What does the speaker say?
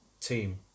team